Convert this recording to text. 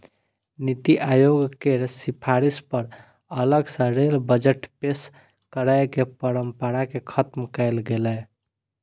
नीति आयोग केर सिफारिश पर अलग सं रेल बजट पेश करै के परंपरा कें खत्म कैल गेलै